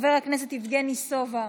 חבר הכנסת יבגני סובה,